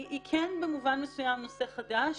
במובן מסוים נושא חדש.